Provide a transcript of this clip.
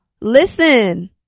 Listen